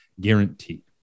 guarantee